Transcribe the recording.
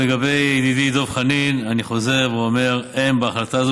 לגבי ידידי דב חנין אני חוזר ואומר: אין בהחלטה הזו